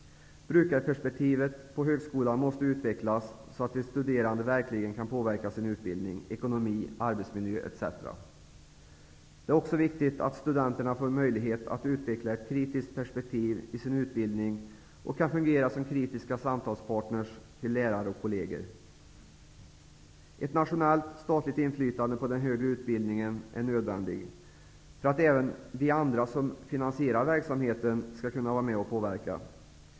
''Brukarperspektivet'' på högskolan måste utvecklas så att de studerande verkligen kan påverka sin utbildning, ekonomi, arbetsmiljö etc. Det är också viktigt att studenterna får möjlighet att utveckla ett kritiskt perspektiv i sin utbildning och fungera som kritiska samtalspartner till lärare och kolleger. Ett nationellt statligt inflytande på den högre utbildningen är nödvändigt för att även vi andra som finansierar verksamheten skall kunna vara med och påverka.